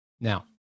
now